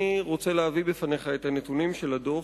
רוצה להביא בפניך את הנתונים של הדוח,